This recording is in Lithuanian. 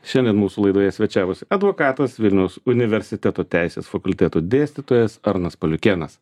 šiandien mūsų laidoje svečiavosi advokatas vilniaus universiteto teisės fakulteto dėstytojas arnas paliukėnas